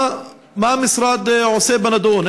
מה המשרד עושה בנדון?